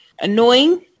Annoying